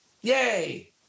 Yay